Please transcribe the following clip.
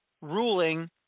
ruling